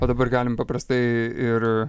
o dabar galim paprastai ir